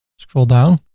scroll down,